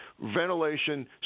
ventilation